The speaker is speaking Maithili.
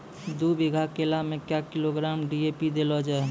दू बीघा केला मैं क्या किलोग्राम डी.ए.पी देले जाय?